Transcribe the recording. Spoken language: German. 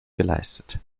geleistet